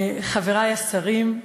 חברי השרים,